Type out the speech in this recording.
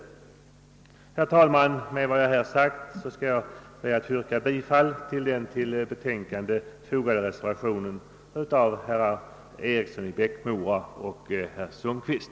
Herr talman! Med det anförda ber jag att få yrka bifall till den vid bevillningsutskottets betänkande fogade reservationen av herr Eriksson i Bäckmora och herr Sundkvist.